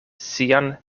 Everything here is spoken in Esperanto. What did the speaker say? sian